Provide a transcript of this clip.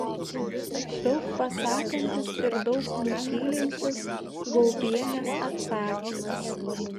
daug pasakantis ir daug nutylintis gaubienės atsakymas